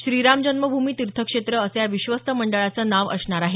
श्रीराम जन्मभूमी तीर्थक्षेत्र असं या विश्वस्त मंडळाचं नाव असणार आहे